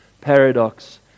paradox